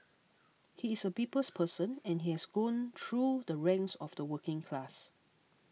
he is a people's person and he has grown through the ranks of the working class